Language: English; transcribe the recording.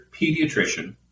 pediatrician